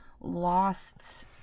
lost